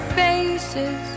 faces